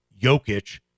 Jokic